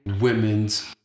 women's